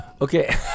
okay